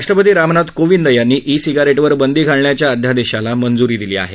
राष्ट्रपती रामनाथ कोविंद यांनी ई सिगारेटवर बंदी घालण्याच्या अध्यादेशाला मंजुरी दिली आहे